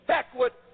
Backward